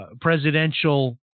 presidential